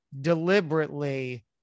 deliberately